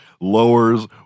lowers